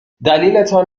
دلیلتان